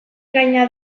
gaina